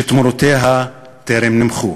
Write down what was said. שתמורותיה טרם נמחו.